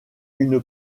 une